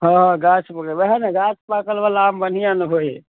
हँ हँ गाछ बोललिए वएह ने गाछ पाकलवला आम बढ़िआँ ने होइ हइ